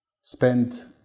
spent